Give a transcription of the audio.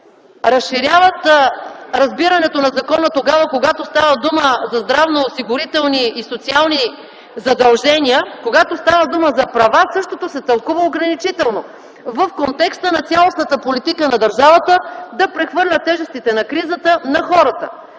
разширяват разбирането на закона тогава, когато става дума за здравноосигурителни и социални задължения, а когато става дума за права – същото се тълкува ограничително, в контекста на цялостната политика на държавата, да прехвърля тежестите на кризата на хората.